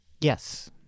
Yes